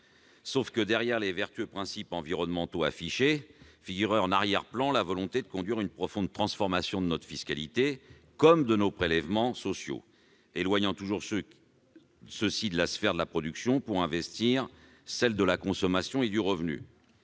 Sauf que, derrière les vertueux principes environnementaux affichés, figurait en arrière-plan la volonté de conduire une profonde transformation de notre fiscalité comme de nos prélèvements sociaux, éloignant toujours plus ceux-ci de la sphère de la production pour investir celle de la consommation et du revenu.